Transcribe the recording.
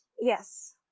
yes